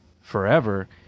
forever